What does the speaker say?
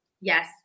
Yes